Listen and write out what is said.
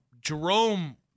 Jerome